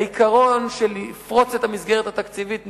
העיקרון של לפרוץ את המסגרת התקציבית נקבע,